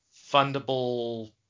fundable